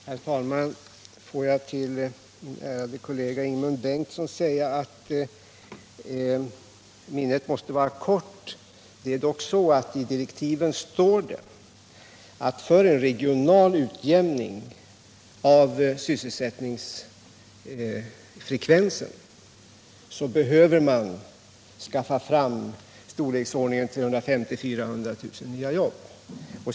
Herr talman! Får jag till min ärade kollega Ingemund Bengtsson säga att minnet måste vara kort. Det är dock så att det i direktiven till utredningen står, att för en regional utjämning av sysselsättningsfrekvensen behöver man skaffa fram i storleksordningen 350 000 å 400 000 nya jobb.